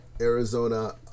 Arizona